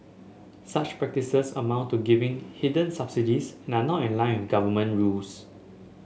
such practices amount to giving hidden subsidies and are not in line government rules